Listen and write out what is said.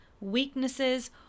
weaknesses